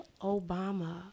Obama